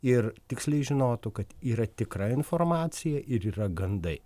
ir tiksliai žinotų kad yra tikra informacija ir yra gandai